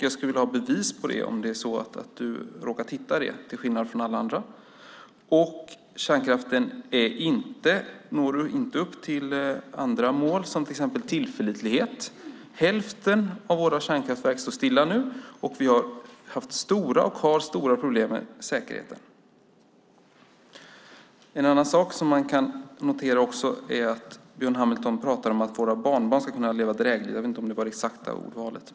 Jag skulle vilja ha bevis på det om det är så att du har råkat hitta det till skillnad från alla andra. Kärnkraften når inte upp till andra mål, som till exempel tillförlitlighet. Hälften av våra kärnkraftverk står stilla nu. Vi har och har haft stora problem med säkerheten. En annan sak som man också kan notera är att Björn Hamilton pratar om att våra barnbarn ska kunna leva drägligt. Jag vet inte om det var det exakta ordvalet.